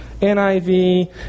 NIV